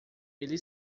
ele